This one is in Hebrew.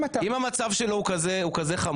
אם המצב שלו הוא כזה חמור?